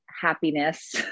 happiness